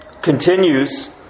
continues